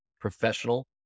professional